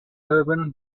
urban